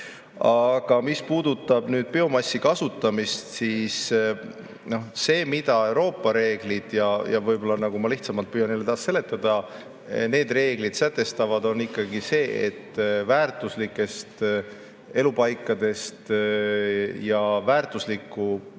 Aga mis puudutab biomassi kasutamist, siis see, mida Euroopa reeglid ja võib-olla, nagu ma lihtsalt püüan teile taas seletada, need reeglid sätestavad, on ikkagi see, et väärtuslikest elupaikadest ja väärtuslikku